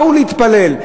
באו להתפלל.